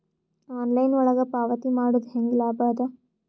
Online ಒಳಗ ಪಾವತಿ ಮಾಡುದು ಹ್ಯಾಂಗ ಲಾಭ ಆದ?